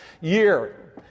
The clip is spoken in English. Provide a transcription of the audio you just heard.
year